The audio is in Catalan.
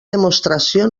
demostració